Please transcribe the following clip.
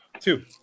two